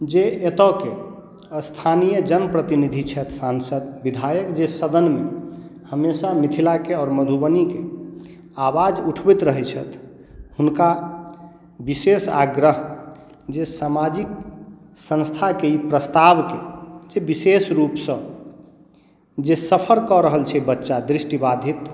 जे एतयके स्थानीय जन प्रतिनिधि छथि सांसद विधायक जे सदनमे हमेशा मिथिलाके आओर मधुबनीके आवाज उठबैत रहैत छथि हुनका विशेष आग्रह जे सामाजिक संस्थाके ई प्रस्तावके से विशेष रूपसँ जे सफर कऽ रहल छै बच्चा दृष्टिबाधित